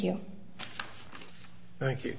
you thank you